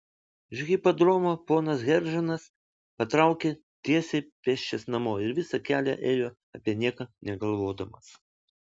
iš hipodromo ponas geržonas patraukė tiesiai pėsčias namo ir visą kelią ėjo apie nieką negalvodamas